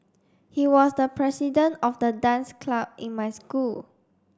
he was the president of the dance club in my school